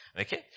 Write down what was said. okay